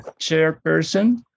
chairperson